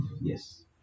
yes